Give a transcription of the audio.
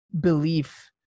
belief